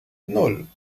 nan